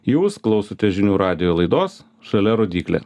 jūs klausote žinių radijo laidos žalia rodyklė